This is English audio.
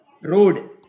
Road